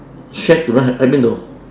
shack to rent hai bin dou